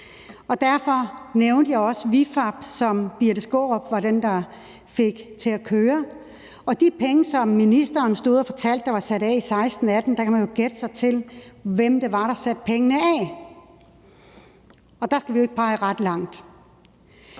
Derfor nævnte jeg også ViFAB og Birthe Skaarup, som var den, der fik det til at køre. Og med hensyn til de penge, som ministeren stod og fortalte var sat af i 2016-2018, kan man jo gætte sig til, hvem det var, der satte dem af, og der skal vi jo ikke pege ret langt.